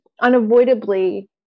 unavoidably